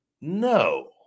No